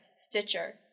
Stitcher